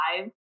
five